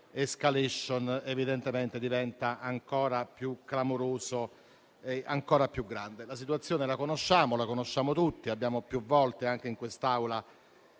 *escalation* evidentemente diventa ancora più clamoroso e più grande. La situazione la conosciamo tutti. Abbiamo più volte, anche in quest'Aula,